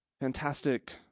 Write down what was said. fantastic